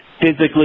physically